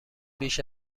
بیش